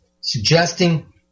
suggesting